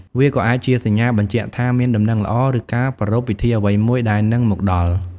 វាក៏អាចជាសញ្ញាបញ្ជាក់ថាមានដំណឹងល្អ ឬការប្រារព្ធពិធីអ្វីមួយដែលនឹងមកដល់។